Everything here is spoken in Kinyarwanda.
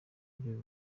byo